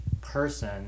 person